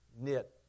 knit